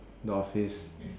the office